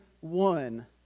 one